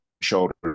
shoulder